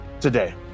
today